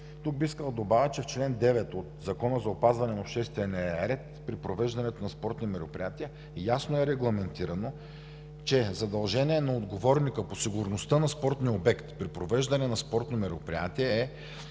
Тук бих искал да добавя, че в чл. 9 от Закона за опазване на обществения ред при провеждането на спортни мероприятия ясно е регламентирано, че е задължение на отговорника по сигурността на спортния обект при провеждане на спортни мероприятия